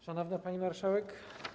Szanowna Pani Marszałek!